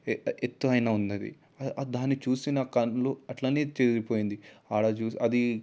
ఎత్తు అయినా ఉంది అది దాన్ని చూస్తే నా కళ్ళు అట్లనే తిరిగిపోయింది అక్కడ చూసి అది